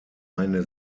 eine